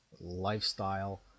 lifestyle